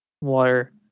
water